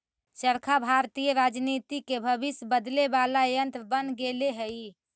चरखा भारतीय राजनीति के भविष्य बदले वाला यन्त्र बन गेले हई